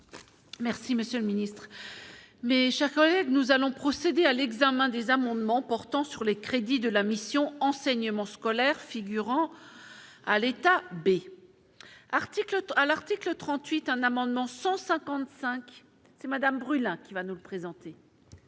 Merci, Monsieur le Ministre, mes chers collègues, nous allons procéder à l'examen des amendements portant sur les crédits de la mission enseignement scolaire figurant à l'état B article à l'article 38 un amendement 155 c'est madame brûlant qui va nous présenter.